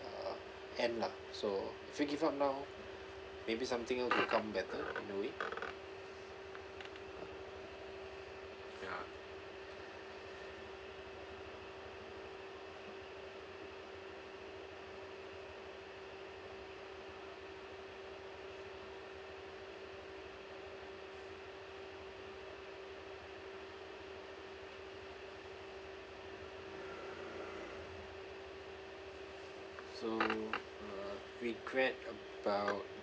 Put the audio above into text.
uh end lah so if you give up now maybe something else become better in a way ya so uh regret about